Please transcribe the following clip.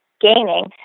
gaining